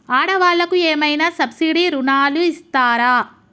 ఆడ వాళ్ళకు ఏమైనా సబ్సిడీ రుణాలు ఇస్తారా?